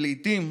ולעיתים